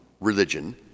religion